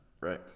Right